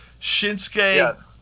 Shinsuke